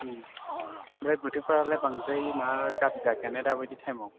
ओम ओमफ्राय बोथोरफ्रालाय बांद्राय माबा गाज्रि जाखाया ना दाबायदि टाइमाव